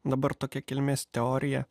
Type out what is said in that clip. dabar tokia kilmės teorija